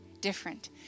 different